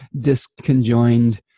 disconjoined